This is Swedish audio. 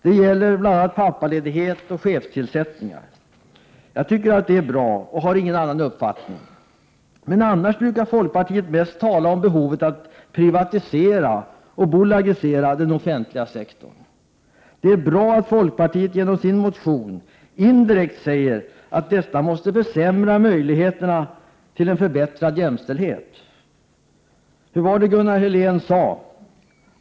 Det gäller bl.a. vid pappaledighet och chefstillsättningar. Jag tycker det är bra och har ingen annan uppfattning. Men annars brukar folkpartiet mest tala om behovet att privatisera och bolagisera den offentliga sektorn. Det är bra att folkpartiet genom sin motion indirekt säger att detta måste försämra möjligheterna till en ökad jämställdhet. Hur var det Gunnar Helén sade?